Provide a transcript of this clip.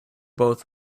both